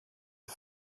are